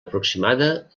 aproximada